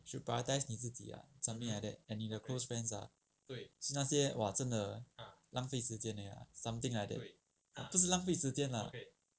should prioritize 你自己 ah something like that and 你的 close friends ah 是那些 !wah! 真的浪费时间而已 lah something like that 不是浪费时间 lah